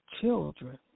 children